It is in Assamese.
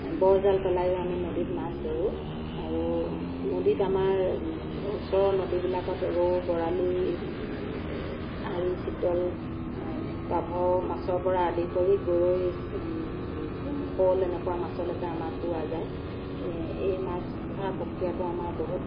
বৰজাল পেলাইও আমি নদীত মাছ ধৰোঁ আৰু নদীত আমাৰ ওচৰৰ নদীবিলাকত ৰৌ বৰালি আঁৰি চিতল পাভ মাছৰ পৰা আদি কৰি গৰৈ শ'ল এনেকুৱা মাছ লৈকে আমাৰ পোৱা যায় এই মাছ ধৰা প্ৰক্ৰিয়াটো আমাৰ বহুত